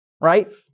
right